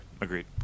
agreed